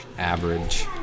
average